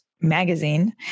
magazine